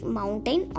mountain